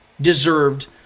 deserved